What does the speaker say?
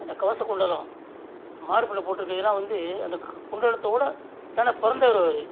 அந்த கவச குண்டலம் மார்பில் போட்டிருக்கையிலாம் வந்து அந்த க குண்டலத்தோடு தான பிறந்தவரு அவரு